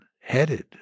headed